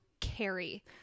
carry